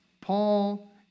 Paul